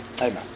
Amen